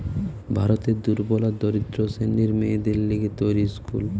ভারতের দুর্বল আর দরিদ্র শ্রেণীর মেয়েদের লিগে তৈরী স্কুল